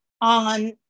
on